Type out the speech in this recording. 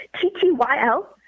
T-T-Y-L